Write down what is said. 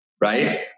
Right